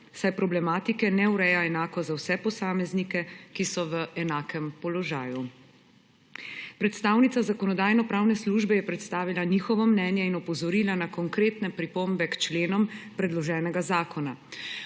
saj problematike ne ureja enako za vse posameznike, ki so v enakem položaju. Predstavnica Zakonodajno-pravne službe je predstavila njihovo mnenje in opozorila na konkretne pripombe k členom predloženega zakona.